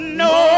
no